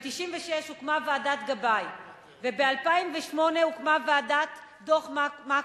שב-1996 הוקמה ועדת-גבאי וב-2008 הוקמה ועדת-מקוב.